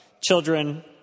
children